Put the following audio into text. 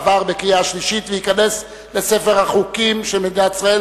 עבר בקריאה שלישית וייכנס לספר החוקים של מדינת ישראל.